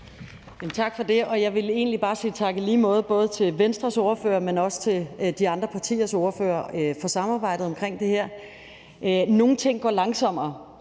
Tak for det. Jeg vil egentlig bare sige tak i lige måde, både til Venstres ordfører, men også til de andre partiers ordførere for samarbejdet omkring det her. Nogle ting går langsommere,